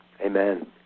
Amen